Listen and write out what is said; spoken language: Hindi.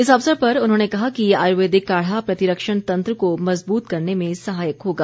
इस अवसर पर उन्होंने कहा कि ये आयुर्वेदिक काढ़ा प्रतिरक्षण तंत्र को मजबूत करने में सहायक होगा